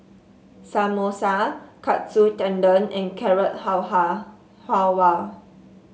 Samosa Katsu Tendon and Carrot Halwa